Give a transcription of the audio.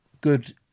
good